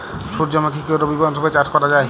সুর্যমুখী কি রবি মরশুমে চাষ করা যায়?